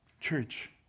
Church